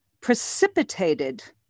precipitated